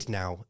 now